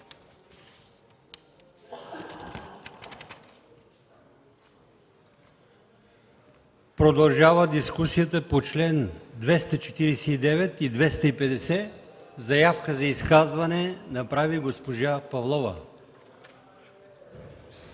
Продължава дискусията по членове 249 и 250. Заявка за изказване направи госпожа Павлова.